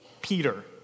Peter